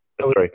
sorry